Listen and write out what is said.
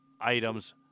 items